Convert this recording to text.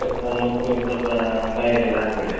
ಉಪ್ಪುನೀರು ಸ್ವಲ್ಪ ಬಾಯಿಗೆಲ್ಲ ಹಾಕಿಕೊಳ್ಳಿ